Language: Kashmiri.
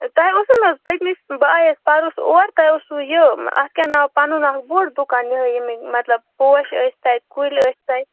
تۄہہِ اوسو نہٕ حظ پٔتِمہِ پھِرِ بہٕ آیَس پَرُس اور تۄہہِ اوسو یہِ اَتھ کیٛاہ ناو پَنُن اَکھ بوٚڈ دُکان یِہٕے ییٚمیُک مطلب پوش ٲسۍ تَتہِ کُلۍ ٲسۍ تَتہِ